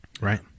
Right